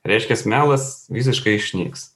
reiškias melas visiškai išnyks